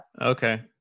Okay